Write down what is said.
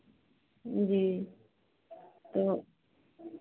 जी तो